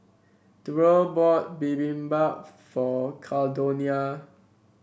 Durrell bought Bibimbap for Caldonia